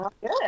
Good